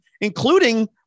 including